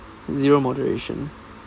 zero moderation